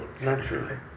Naturally